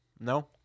No